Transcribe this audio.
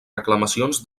reclamacions